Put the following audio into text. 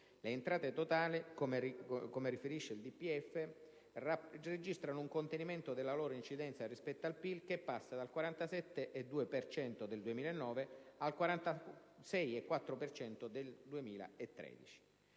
Le entrate totali, come riferisce la DFP, registrano un contenimento della loro incidenza rispetto al PIL che passa dal 47,2 per cento nel 2009 al 46,4 per cento